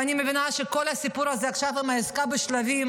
ואני מבינה שכל הסיפור הזה עכשיו עם העסקה בשלבים